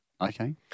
Okay